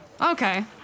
okay